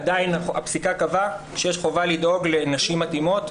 עדיין הפסיקה קבעה שיש חובה לדאוג לנשים מתאימות,